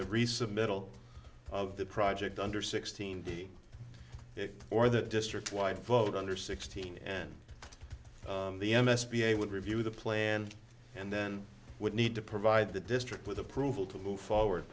a recent middle of the project under sixteen d or the district wide vote under sixteen and the m s p a would review the plan and then would need to provide the district with approval to move forward